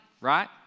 right